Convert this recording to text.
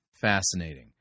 fascinating